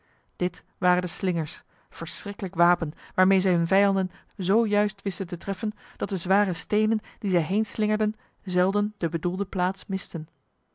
dit waren de slingers verschriklijk wapen waarmee zij hun vijanden zo juist wisten te treffen dat de zware stenen die zij heen slingerden zelden de bedoelde plaats misten